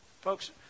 Folks